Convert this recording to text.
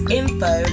info